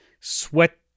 sweat